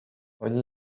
oni